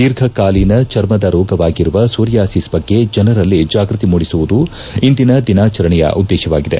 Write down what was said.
ದೀರ್ಘಕಾಲಿನ ಚರ್ಮದ ರೋಗವಾಗಿರುವ ಸೋರಿಯಾಸಿಸ್ ಬಗ್ಗೆ ಜನರಲ್ಲಿ ಜಾಗ್ಗತಿ ಮೂಡಿಸುವುದು ಇಂದಿನ ದಿನಾಚರಣೆಯ ಉದ್ಲೇತವಾಗಿದೆ